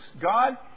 God